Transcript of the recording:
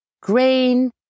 grain